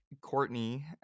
Courtney